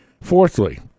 Fourthly